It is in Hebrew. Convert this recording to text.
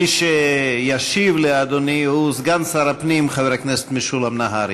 מי שישיב לאדוני הוא סגן שר הפנים חבר הכנסת משולם נהרי,